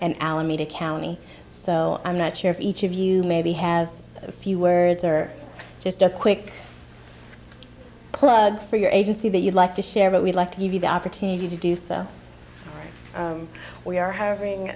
and alameda county so i'm not sure if each of you maybe has a few words or just a quick plug for your agency that you'd like to share but we'd like to give you the opportunity to do so we are hiring